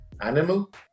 Animal